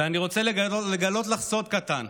ואני רוצה לגלות לך סוד קטן: